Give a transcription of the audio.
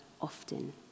often